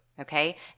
Okay